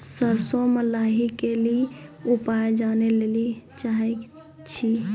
सरसों मे लाही के ली उपाय जाने लैली चाहे छी?